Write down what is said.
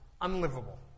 unlivable